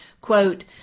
quote